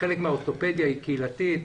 חלק מהאורתופדיה היא קהילתית,